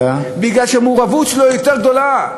כי המעורבות שלו יותר גדולה,